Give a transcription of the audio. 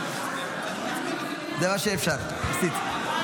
זה מה שאפשר, ניסיתי.